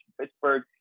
Pittsburgh